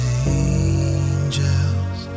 angels